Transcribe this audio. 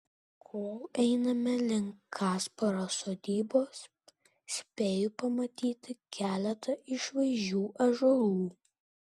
kol einame link kasparo sodybos spėju pamatyti keletą išvaizdžių ąžuolų